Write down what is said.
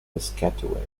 piscataway